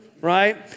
right